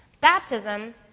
Baptism